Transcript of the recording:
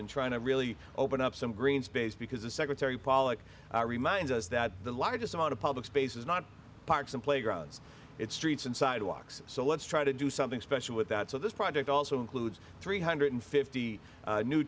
and trying to really open up some green space because the secretary pollock reminds us that the largest amount of public space is not parks and playgrounds its streets and sidewalks so let's try to do something special with that so this project also includes three hundred fifty new